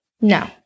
No